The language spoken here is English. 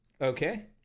Okay